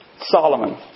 Solomon